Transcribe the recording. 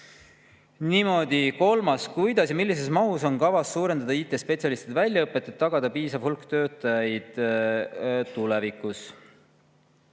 Niimoodi! Kolmas: "Kuidas ja millises mahus on kavas suurendada IT-spetsialistide väljaõpet, et tagada piisav hulk töötajaid tulevikus?"